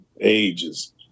ages